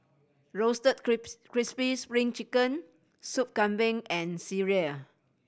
roasted crispy Spring Chicken Sup Kambing and sireh